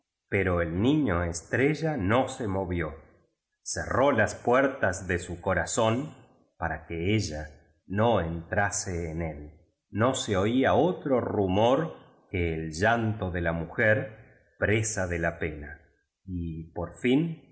pero el niño estrella no se movió cerró las puertas de su corazón para que ella no entrase en él no se oía otro rumor que el llanto de la mujer presa de la pena y por fin